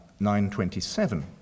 927